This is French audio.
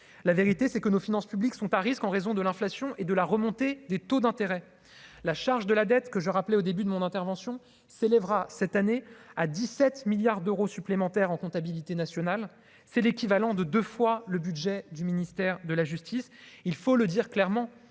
la vérité c'est que nos finances publiques sont à risque en raison de l'inflation et de la remontée des taux d'intérêt, la charge de la dette que je rappelais au début de mon intervention s'élèvera cette année à 17 milliards d'euros supplémentaires en comptabilité nationale, c'est l'équivalent de 2 fois le budget du ministère de la justice, il faut le dire clairement,